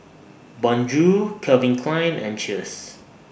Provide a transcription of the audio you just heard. Bonjour Calvin Klein and Cheers